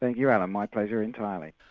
thank you, alan, my pleasure entirely.